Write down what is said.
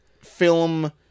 film